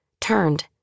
turned